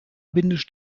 vierzig